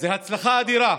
זו הצלחה אדירה.